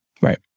Right